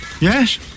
yes